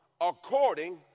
According